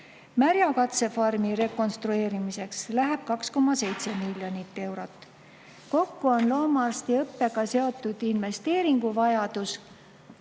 Märja katsefarmi rekonstrueerimiseks läheb 2,7 miljonit eurot. Kokku on loomaarstiõppega seotud investeeringuvajadus